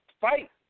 fight